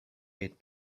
eight